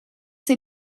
they